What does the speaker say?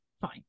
fine